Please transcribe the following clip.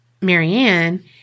Marianne